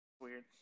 Weird